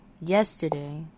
yesterday